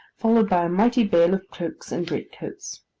followed by a mighty bale of cloaks and great coats.